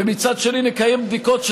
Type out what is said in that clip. ומצד שני נקיים בדיקות,